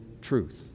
truth